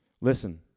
Listen